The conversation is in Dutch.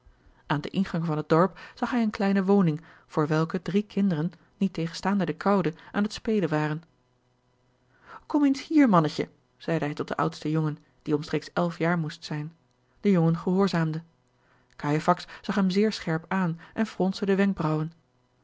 aan den ingang van het dorp zag hij eene kleine woning voor welke drie kinderen niettegenstaande de koude aan het spelen waren kom eens hier mannetje zeide hij tot den oudsten jongen die omstreeks elf jaar moest zijn de jongen gehoorzaamde cajefax zag hem zeer scherp aan en fronsde de wenkbraauwen